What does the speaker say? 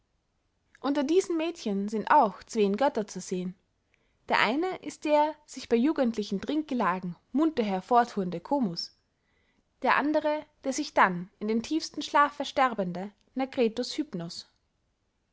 unter diesen mädchen sind auch zween götter zu sehen der eine ist der sich bey jugendlichen trinkgelagen munter hervorthuende komus der andere der sich dann in den tiefsten schlaf versterbende